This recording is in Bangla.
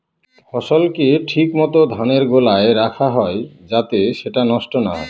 ফসলকে ঠিক মত ধানের গোলায় রাখা হয় যাতে সেটা নষ্ট না হয়